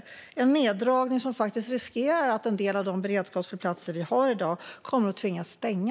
Det är en neddragning som skapar risken att en del av de beredskapsflygplatser vi har i dag tvingas stänga.